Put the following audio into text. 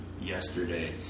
yesterday